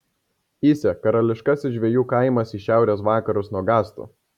įsė karališkasis žvejų kaimas į šiaurės vakarus nuo gastų